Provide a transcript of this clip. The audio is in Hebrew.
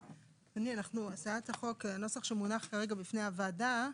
אדוני, הצעת החוק, הנוסח שמונח כרגע בפני הוועדה,